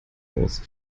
aus